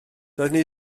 doeddwn